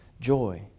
joy